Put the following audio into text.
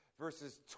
Verses